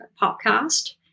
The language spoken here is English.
podcast